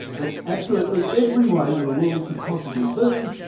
that absolutely every way that a world could possibly be,